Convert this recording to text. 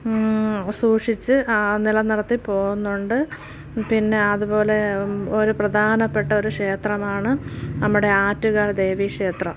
സൂക്ഷിച്ച് നിലനിർത്തി പോവുന്നുണ്ട് പിന്നെ അതുപോലെ ഒരു പ്രധാനപ്പെട്ട ഒരു ക്ഷേത്രമാണ് നമ്മുടെ ആറ്റുകാൽ ദേവീക്ഷേത്രം